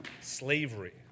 slavery